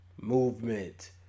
movement